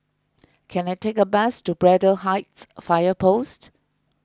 can I take a bus to Braddell Heights Fire Post